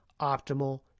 optimal